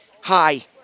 Hi